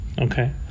Okay